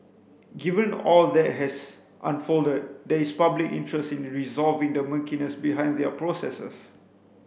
given all that has unfolded there is public interest in resolving the murkiness behind their processes